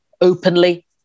openly